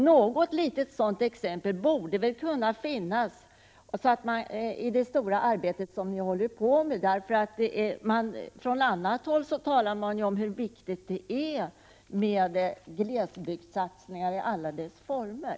Något litet sådant exempel borde väl kunna finnas i det stora arbete ni håller på med. Från annat håll talar man om hur viktigt det är med glesbygdssatsningar i alla dess former.